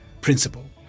principle